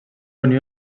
unió